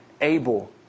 able